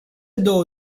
două